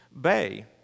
Bay